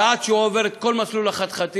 ועד שהוא עובר את כל מסלול החתחתים,